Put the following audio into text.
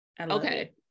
Okay